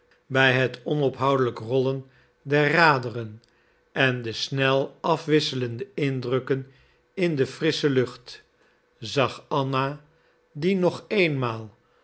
bij het onophoudelijk rollen der raderen en de snel afwisselende indrukken in de frissche lucht zag anna die nog eenmaal